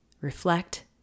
reflect